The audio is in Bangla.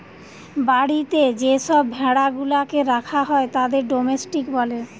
বাড়িতে যে সব ভেড়া গুলাকে রাখা হয় তাদের ডোমেস্টিক বলে